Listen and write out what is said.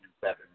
seven